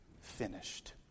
finished